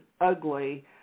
ugly